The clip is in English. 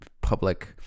public